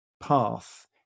path